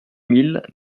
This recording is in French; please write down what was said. mille